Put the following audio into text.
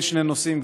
שני נושאים,